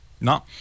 No